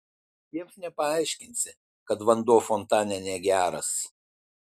jiems nepaaiškinsi kad vanduo fontane negeras